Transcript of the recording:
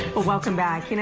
but welcome back. you know